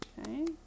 Okay